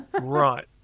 Right